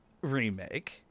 Remake